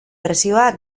presioa